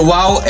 Wow